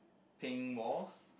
pink mose